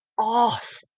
off